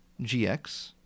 GX